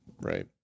Right